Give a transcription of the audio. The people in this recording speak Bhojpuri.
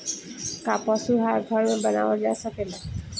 का पशु आहार घर में बनावल जा सकेला?